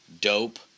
Dope